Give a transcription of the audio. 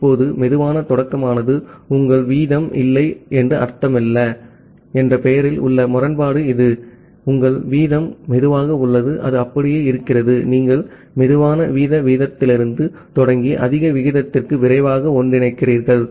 இப்போது சுலோ ஸ்டார்ட்மானது உங்கள் வீதம் இல்லை என்று அர்த்தமல்ல என்ற பெயரில் உள்ள முரண்பாடு இது உங்கள் வீதம் மெதுவாக உள்ளது அது அப்படியே இருக்கிறது நீங்கள் சுலோ வீத வீதத்திலிருந்து தொடங்கி அதிக விகிதத்திற்கு விரைவாக ஒன்றிணைகிறீர்கள்